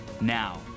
Now